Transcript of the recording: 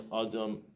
Adam